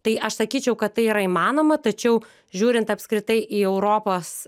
tai aš sakyčiau kad tai yra įmanoma tačiau žiūrint apskritai į europos